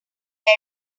lay